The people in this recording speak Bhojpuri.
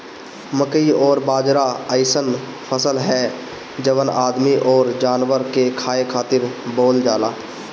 मकई अउरी बाजरा अइसन फसल हअ जवन आदमी अउरी जानवर के खाए खातिर बोअल जाला